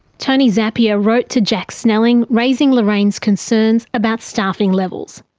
tony zappia wrote to jack snelling, raising lorraine's concerns about staffing levels.